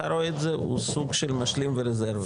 רואה את זה הוא סוג של משלים ורזרבה.